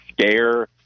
scare